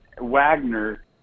Wagner